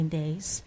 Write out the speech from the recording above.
days